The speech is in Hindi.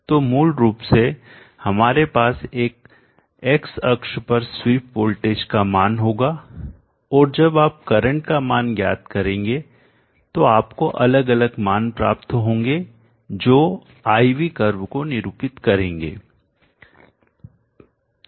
तो मूल रूप से हमारे पास एक x अक्ष पर स्वीप वोल्टेज का मान होगा और जब आप करंट का मान ज्ञात करेंगे तो आपको अलग अलग मान प्राप्त होंगे जो I V कर्व को निरूपित करेंगे